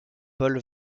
paul